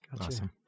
Awesome